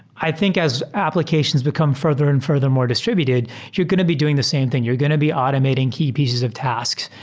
i think as applications become further and further more distr ibuted, you're going to be doing the same thing. you're going to be automating key pieces of tasks.